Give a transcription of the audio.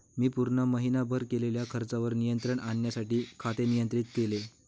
मी पूर्ण महीनाभर केलेल्या खर्चावर नियंत्रण आणण्यासाठी खाते नियंत्रित केले